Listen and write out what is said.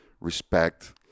respect